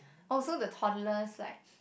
oh so the toddlers like